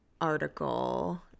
article